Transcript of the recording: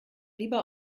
lieber